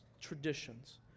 traditions